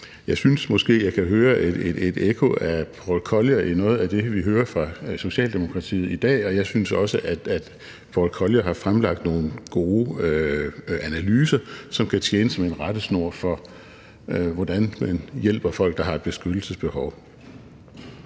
Jeg synes måske, at jeg kan høre et ekko af Paul Collier i noget af det, vi hører fra Socialdemokratiet i dag, og jeg synes også, at Paul Collier har fremlagt nogle gode analyser, som kan tjene som en rettesnor for, hvordan man hjælper folk, der har et beskyttelsesbehov.